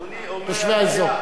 אדוני אומר "היה".